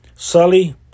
Sully